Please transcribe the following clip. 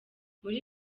muri